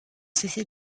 cesser